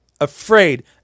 afraid